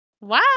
Wow